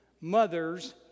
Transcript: mother's